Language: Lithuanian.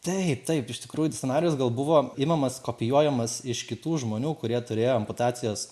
taip taip iš tikrųjų scenarijus gal buvo imamas kopijuojamas iš kitų žmonių kurie turėjo amputacijos